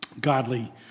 godly